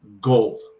gold